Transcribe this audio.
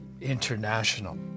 international